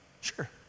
Sure